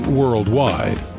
worldwide